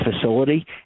facility